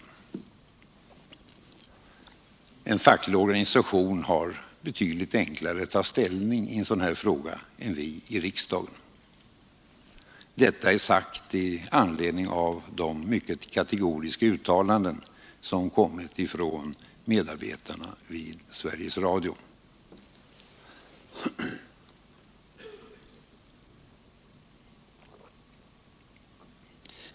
För en facklig organisation är det betydligt enklare att ta ställning i en sådan fråga än det är för oss i riksdagen; detta sagt i anledning av mycket kategoriska uttalanden från medarbetarna vid Sveriges Radio.